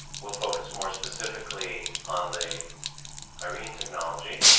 will focus more specifically on the irene technology